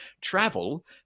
travel